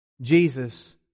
Jesus